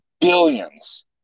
billions